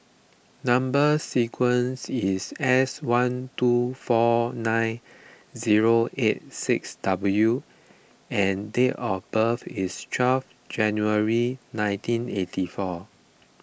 Number Sequence is S one two four nine zero eight six W and date of birth is twelve January nineteen eighty four